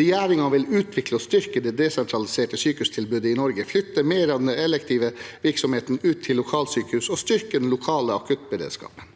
regjeringen vil utvikle og styrke det desentraliserte sykehustilbudet i Norge, flytte mer av den elektive virksomheten ut til lokalsykehus og styrke den lokale akuttberedskapen.